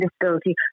disability